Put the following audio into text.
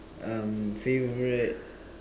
um favorite